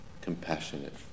compassionate